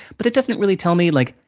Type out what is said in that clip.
but, it doesn't really tell me, like,